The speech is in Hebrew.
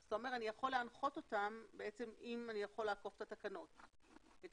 אתה אומר שאתה יכול להנחות אותם אם אתה יכול לעקוף את תקנות הרישום.